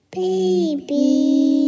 baby